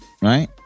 Right